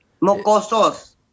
mocosos